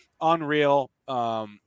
Unreal